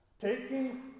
taking